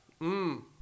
Mmm